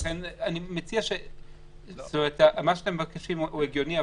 מה שאתם מבקשים הוא הגיוני,